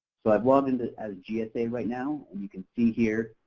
so i've logged in as gsa right now, and you can see here,